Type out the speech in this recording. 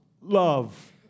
love